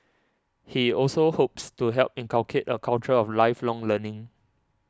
he also hopes to help inculcate a culture of lifelong learning